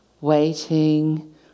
waiting